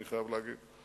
אני חייב להגיד.